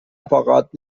apparat